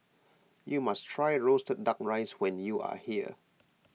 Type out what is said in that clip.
you must try Roasted Duck Rice when you are here